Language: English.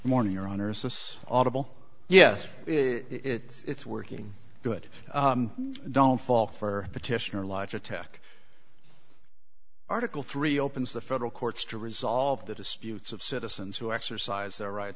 morning your honour's this audible yes it's working good don't fall for petitioner lodge attack article three opens the federal courts to resolve the disputes of citizens who exercise their right